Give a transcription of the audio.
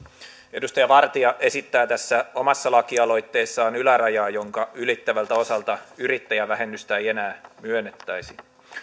edustaja vartia esittää tässä omassa lakialoitteessaan ylärajaa jonka ylittävältä osalta yrittäjävähennystä ei enää myönnettäisi